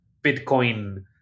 Bitcoin